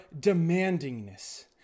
demandingness